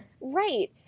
right